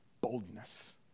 Boldness